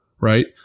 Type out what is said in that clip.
Right